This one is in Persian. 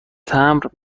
تمبر